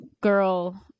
girl –